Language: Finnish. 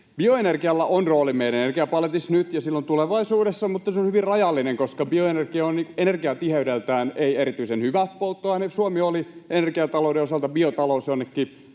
Bioenergialla on rooli meidän energiapaletissa nyt ja tulevaisuudessa, mutta se on hyvin rajallinen, koska bioenergia ei ole energiatiheydeltään erityisen hyvä polttoaine. Suomi oli energiatalouden osalta biotalous jonnekin